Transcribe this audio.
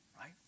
right